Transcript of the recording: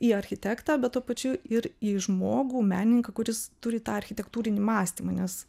į architektą bet tuo pačiu ir į žmogų menininką kuris turi tą architektūrinį mąstymą nes